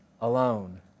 alone